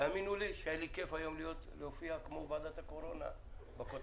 תאמינו לי שהיה לי כיף להופיע כמו בוועדת הקורונה בכותרות,